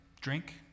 drink